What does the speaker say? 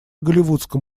голливудском